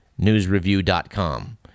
newsreview.com